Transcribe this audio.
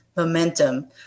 momentum